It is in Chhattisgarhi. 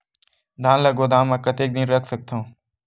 धान ल गोदाम म कतेक दिन रख सकथव?